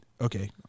Okay